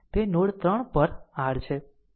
તે નોડ 3 પર r છે